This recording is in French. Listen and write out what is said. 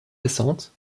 récentes